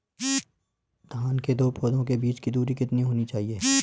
धान के दो पौधों के बीच की दूरी कितनी होनी चाहिए?